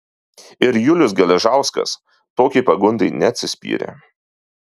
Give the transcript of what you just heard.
ir julius geležauskas tokiai pagundai neatsispyrė